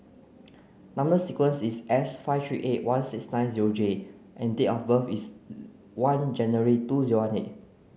number sequence is S five three eight one six nine zero J and date of birth is one January two zero one eight